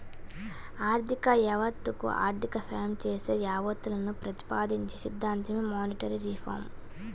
ఆర్థిక యావత్తకు ఆర్థిక సాయం చేసే యావత్తును ప్రతిపాదించే సిద్ధాంతమే మానిటరీ రిఫార్మ్